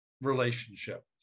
relationship